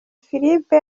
philippe